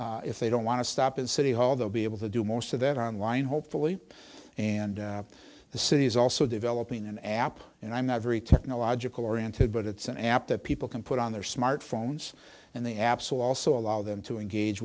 c if they don't want to stop at city hall they'll be able to do most of that on line hopefully and the city is also developing an app and i'm not very technological oriented but it's an app that people can put on their smartphones and the absolute also allow them to engage